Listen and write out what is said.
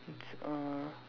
it's uh